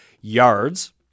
yards